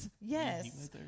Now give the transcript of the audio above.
Yes